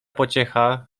pociecha